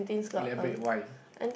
elaborate why